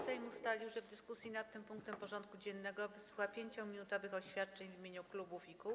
Sejm ustalił, że w dyskusji nad tym punktem porządku dziennego wysłucha 5-minutowych oświadczeń w imieniu klubów i kół.